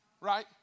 right